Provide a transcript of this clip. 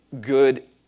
good